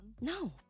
No